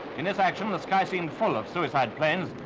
in this action, the sky seemed full of suicide planes.